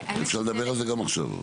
אפשר לדבר על זה גם עכשיו.